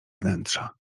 wnętrza